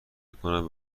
کند